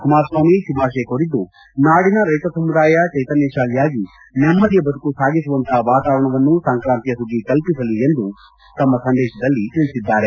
ಕುಮಾರ ಸ್ವಾಮಿ ಶುಭಾಶಯ ಕೋರಿದ್ದು ನಾಡಿನ ರೈತ ಸಮುದಾಯ ಚೈತನ್ಯ ಶಾಲಿಯಾಗಿ ನೆಮ್ಮದಿಯ ಬದುಕು ಸಾಗಿಸುವಂತಹ ವಾತಾವರಣವನ್ನು ಸಂಕ್ರಾಂತಿಯ ಸುಗ್ಗಿ ಕಲ್ಪಿಸಲಿ ಎಂದು ತಮ್ಮ ಸಂದೇಶದಲ್ಲಿ ತಿಳಿಸಿದ್ದಾರೆ